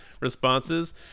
responses